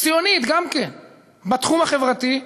ציונית גם כן בתחום החברתי,